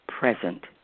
present